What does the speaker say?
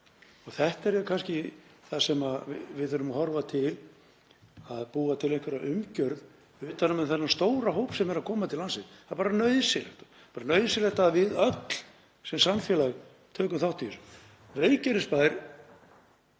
Þetta er kannski það sem við þurfum að horfa til, að búa til einhverja umgjörð utan um þennan stóra hóp sem er að koma til landsins. Það er bara nauðsynlegt og það er nauðsynlegt að við öll sem samfélag tökum þátt í þessu. Eftir